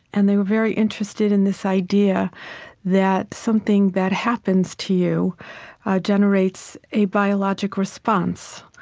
and they were very interested in this idea that something that happens to you generates a biologic response.